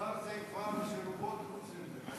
כפר מע'אר זה כפר שרובו דרוזים.